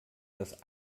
das